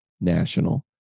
national